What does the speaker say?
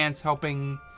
helping